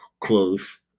close